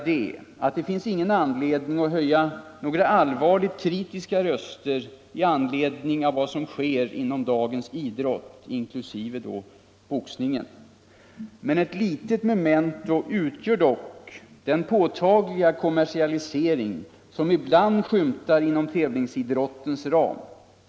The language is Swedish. Det finns ingen anledning att höja några allvarligt kritiska röster i anledning av vad som sker inom dagens idrott inklusive boxningen. Ett litet memento utgör dock den påtagliga kommersialisering som ibland skymtar inom tävlingsidrottens ram.